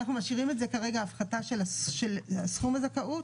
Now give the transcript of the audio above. אנחנו משאירים את זה כרגע כהפחתה של סכום הזכאות?